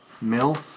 mill